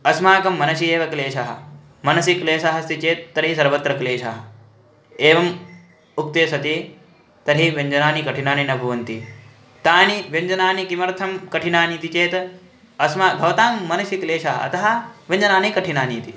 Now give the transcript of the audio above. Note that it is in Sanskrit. अस्माकं मनसि एव क्लेशः मनसि क्लेशः अस्ति चेत् तर्हि सर्वत्र क्लेशः एवम् उक्ते सति तर्हि व्यञ्जनानि कठिनानि न भवन्ति तानि व्यञ्जनानि किमर्थं कठिनानि इति चेत् अस्माकं भवतां मनसि क्लेशः अतः व्यञ्जनानि कठिनानि इति